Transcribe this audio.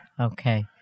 Okay